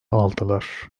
aldılar